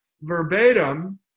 verbatim